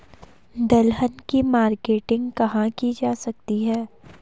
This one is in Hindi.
दलहन की मार्केटिंग कहाँ की जा सकती है?